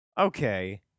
Okay